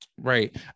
Right